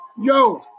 Yo